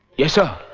yes, sir.